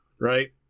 Right